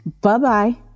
Bye-bye